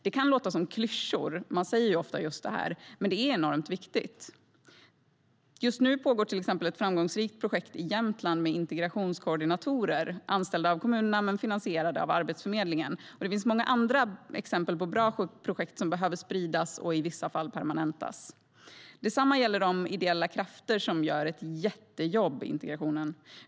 Det kan låta som klyschor - man säger ju ofta just det här - men det är enormt viktigt. Detsamma gäller de ideella krafterna, som gör ett jättejobb med integrationen.